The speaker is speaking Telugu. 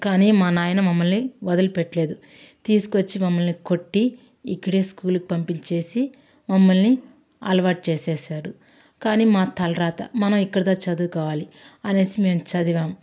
కానీ మా నాన్న మమ్మల్ని వదిలిపెట్టలేదు తీసుకువచ్చి మమ్మల్ని కొట్టి ఇక్కడే స్కూల్కి పంపించేసి మమ్మల్ని అలవాటు చేసేసారు కానీ మా తలరాత మనం ఇక్కడ చదువుకోవాలి అనేసి మేం చదివాం